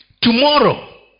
Tomorrow